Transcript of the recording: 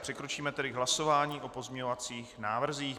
Přikročíme tedy k hlasování o pozměňovacích návrzích.